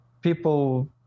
people